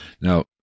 now